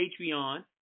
patreon